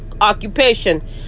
occupation